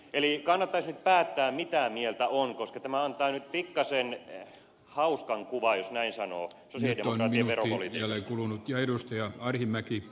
eli kannattaisi nyt päättää mitä mieltä on koska tämä antaa nyt pikkasen hauskan kuvan jos näin sanoo hirvonen veromalli ei ole kulunut ja sosialidemokraattien veropolitiikasta